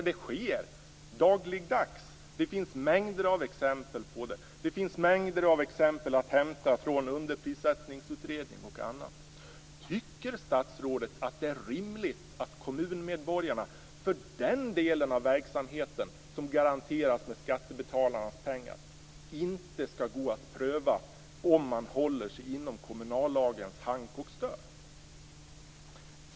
Det sker dagligdags, och det finns mängder av exempel på det. Det finns mängder av exempel att hämta från bl.a. Underprissättningsutredningen. Tycker statsrådet att det är rimligt att kommunmedborgarna, för den del av verksamheten som garanteras av skattebetalarnas pengar, inte kan pröva om man håller sig inom kommunallagens hank och stör?